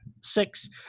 six